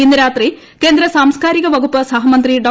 ഇന്ന് രാത്രി കേന്ദ്ര സാംസ്കാരിക വകുപ്പ് സഹമന്ത്രി ഡോ